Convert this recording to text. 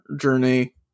journey